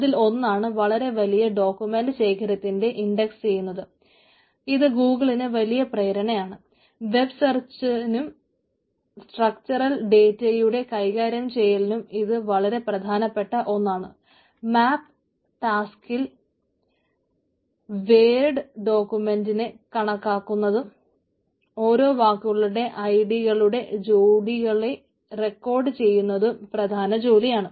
അതിൽ ഒന്നാണ് വളരെ വലിയ ഡോക്യൂമെന്റ് ശേഖരത്തിന്റെ ഇൻഡക്സ് ഓരോ വാക്കുകളുടെ ഐ ഡി കളുടെ ജോഡികളെ റെക്കോഡ് ചെയ്യുന്നതും പ്രധാന ജോലിയാണ്